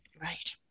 Right